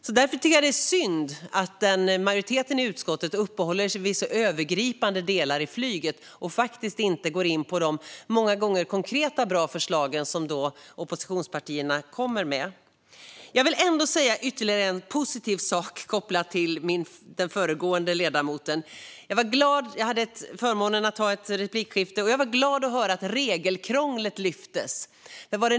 Jag tycker att det är synd att majoriteten i utskottet uppehåller sig vid så övergripande delar gällande flyget och faktiskt inte går in på de många gånger konkreta och bra förslag som oppositionspartierna kommer med. Jag vill ändå säga ytterligare en positiv sak kopplat till den föregående ledamoten. Jag hade alltså förmånen att ha ett replikskifte, och jag blev glad att höra att regelkrånglet lyftes.